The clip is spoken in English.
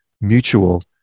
mutual